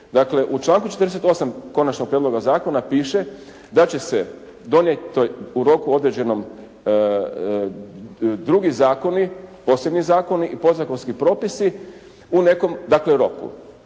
Dakle u članku 48. Konačnog prijedloga zakona piše da će se donijeti u roku određenom drugi zakoni, posebni zakoni i podzakonski propisi u nekom dakle roku